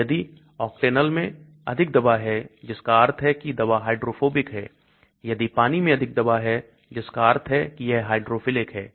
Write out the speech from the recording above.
तो यदि octanol मैं अधिक दवा है जिसका अर्थ है कि दवा हाइड्रोफोबिक है यदि दवा पानी में अधिक है जिसका अर्थ है कि यह हाइड्रोफिलिक है